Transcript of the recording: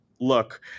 look